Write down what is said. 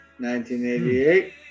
1988